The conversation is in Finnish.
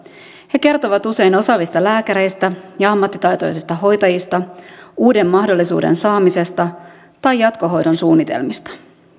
he kertovat usein osaavista lääkäreistä ja ammattitaitoisista hoitajista uuden mahdollisuuden saamisesta tai jatkohoidon suunnitelmista